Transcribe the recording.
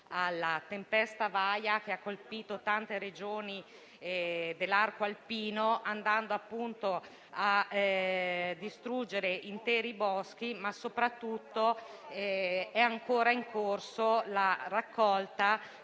alla tempesta Vaia, che ha colpito tante Regioni dell'arco alpino, andando appunto a distruggere interi boschi e soprattutto è ancora in corso la raccolta